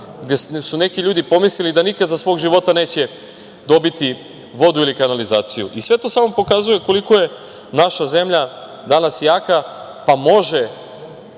gde su neki ljudi pomislili da nikada za svog života neće dobiti vodu ili kanalizaciju. Sve to samo pokazuje koliko je naša zemlja danas jaka, pa može